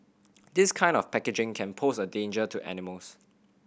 this kind of packaging can pose a danger to animals